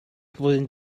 flwyddyn